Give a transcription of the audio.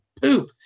poop